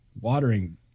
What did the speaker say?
watering